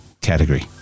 category